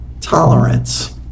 Tolerance